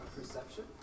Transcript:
Perception